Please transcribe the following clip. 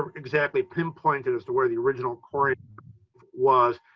um exactly pinpointed as to where the original coreyon was,